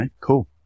cool